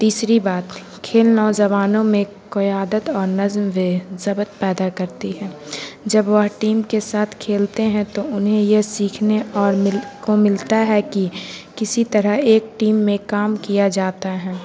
تیسری بات کھیل نوجوانوں میں قیادت اور نظم و ضبط پیدا کرتی ہے جب وہ ٹیم کے ساتھ کھیلتے ہیں تو انہیں یہ سیکھنے اور مل کو ملتا ہے کہ کسی طرح ایک ٹیم میں کام کیا جاتا ہے